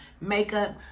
makeup